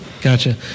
gotcha